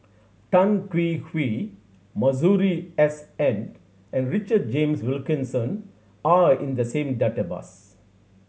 Tan Hwee Hwee Masuri S N and Richard James Wilkinson are in the same database